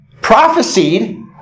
prophesied